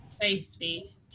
Safety